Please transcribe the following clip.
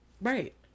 right